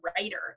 writer